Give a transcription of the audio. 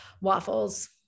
waffles